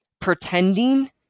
pretending